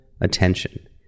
attention